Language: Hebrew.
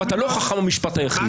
אתה לא חכם המשפט היחיד.